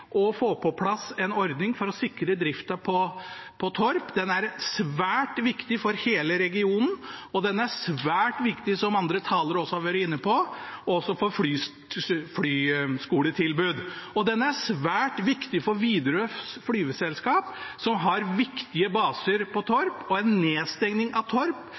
å få på plass en ordning for å sikre driften på Torp. Den er svært viktig for hele regionen, og den er svært viktig, som andre talere også har vært inne på, for flyskoletilbudet. Den er også svært viktig for Widerøes Flyveselskap, som har viktige baser på Torp. En nedstenging av Torp